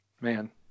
man